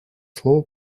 слово